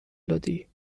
دادی